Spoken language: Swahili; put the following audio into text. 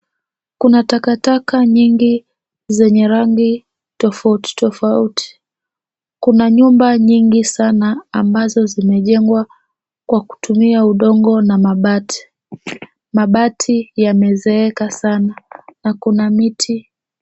Kuna takataka nyingi zenye rangi tofauti tofauti. Kuna nyumba nyingi sana ambazo zimejengwa kwa kutumia udongo na mabati. Mabati yamezeeka sana, na kuna miti.